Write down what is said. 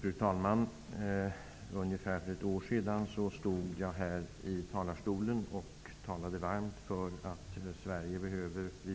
Fru talman! För ungefär ett år sedan stod jag här i talarstolen och talade varmt för att det